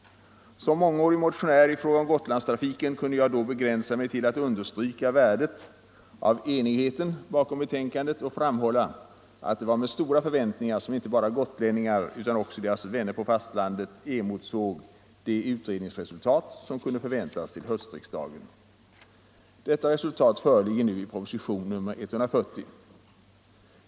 Som mångårig motionär i fråga om Gotlandstrafiken kunde jag då begränsa mig till att understryka värdet av enigheten och framhålla att det var med stora förväntningar som inte bara gotlänningarna utan också deras vänner på fastlandet emotsåg det utredningsresultat som kunde förväntas till höstriksdagen. Detta resultat föreligger nu i propositionen 140.